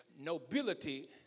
Nobility